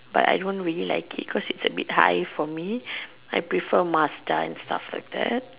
but I don't really like cos it's a bit high for me I prefer Mazda and stuff like that